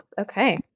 Okay